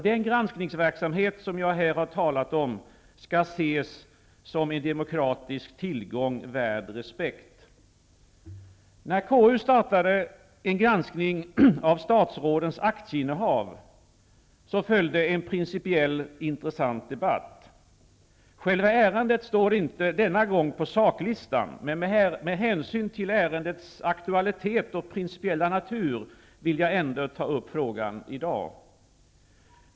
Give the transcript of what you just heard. Den granskningsverksamhet som jag här har talat om skall ses som en demokratisk tillgång värd respekt. När KU startade en granskning av statsrådens aktieinnehav följde en principiell, intressant debatt. Själva ärendet står inte denna gång på saklistan, men med hänsyn till ärendets aktualitet och principiella natur vill jag ändå ta upp frågan i dag.